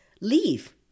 leave